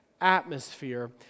atmosphere